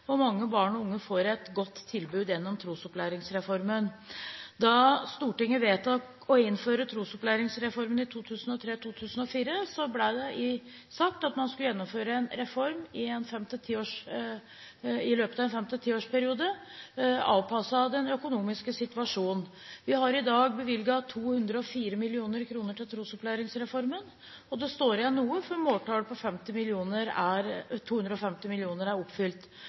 og mange barn og unge får et godt tilbud gjennom trosopplæringsreformen. Da Stortinget vedtok å innføre trosopplæringsreformen i 2003, ble det sagt at man skulle gjennomføre en reform i løpet av en periode på fem til ti år, avpasset den økonomiske situasjonen. Vi har i dag bevilget 204 mill. kr til trosopplæringsreformen, og det står igjen noe før måltallet på 250 mill. kr er